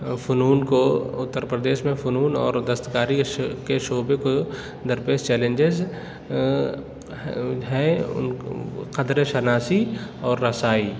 فنون کو اتر پردیش میں فنون اور دستکاری کے شو شعبے کو درپیش چیلینجیز ہیں ہیں ان کو قدرے شناسی اور رسائی